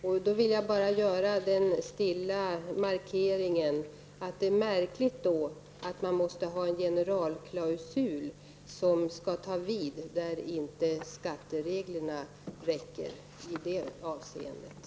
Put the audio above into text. Jag vill bara stillsamt markera att det är märkligt att man måste ha en generalklausul som skall ta vid där skattereglerna inte räcker.